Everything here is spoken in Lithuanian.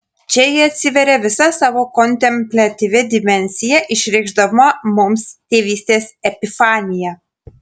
čia ji atsiveria visa savo kontempliatyvia dimensija išreikšdama mums tėvystės epifaniją